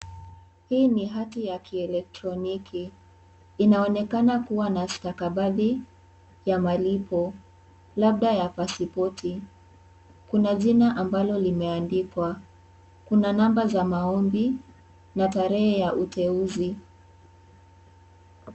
Hii ni hati ya kielektroniki inaonekana kuwa na stakabadhi ya malipo labda ya pasipoti , kuna jina ambalo limeandikwa, kuna namba za maombi na tarehe ya uteuzi.